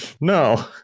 No